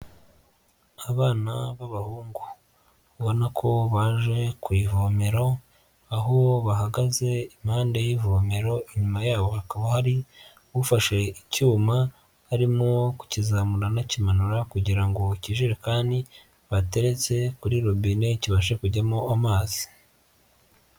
Abana b'abahungu ubona ko baje ku ivomero aho bahagaze impande y'ivomero, inyuma yaho hakaba hari ufashe icyuma arimo kukizamura anakimanura kugira ngo ikijerekani bateretse kuri rubine kibashe kujyamo amazi.